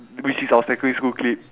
which is our secondary school clique